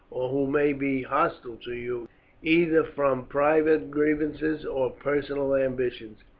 who may be hostile to you either from private grievances or personal ambitions,